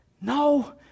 no